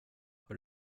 har